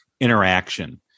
interaction